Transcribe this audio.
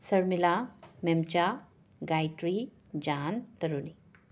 ꯁꯔꯃꯤꯂꯥ ꯃꯦꯝꯆꯥ ꯒꯥꯏꯇ꯭ꯔꯤ ꯖꯥꯟ ꯇꯔꯨꯅꯤ